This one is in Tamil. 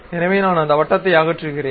எனவே நான் அந்த வட்டத்தை அகற்றுகிறேன்